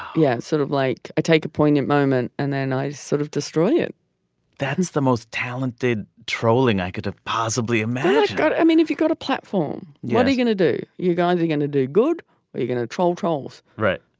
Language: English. yeah. sort of like i take a poignant moment and then i sort of destroy it that's the most talented trolling i could possibly imagine i mean if you got a platform what are you gonna do. you guys are going to do good. are you going to troll trolls right.